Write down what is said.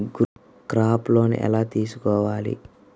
Crop loan ఎలా తీసుకోవాలి?